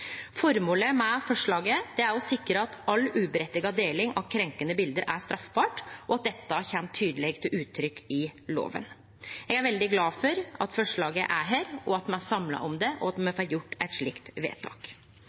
Formålet med forslaget er å sikre at all urettkomen deling av krenkande bilde er straffbart, og at dette kjem tydeleg til uttrykk i loven. Eg er veldig glad for at forslaget er her, at me er samla om det, og at me får gjort eit slikt vedtak.